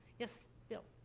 yes, bill?